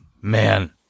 man